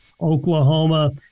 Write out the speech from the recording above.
Oklahoma